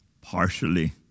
partially